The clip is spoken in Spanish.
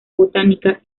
botánica